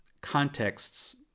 contexts